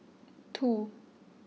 two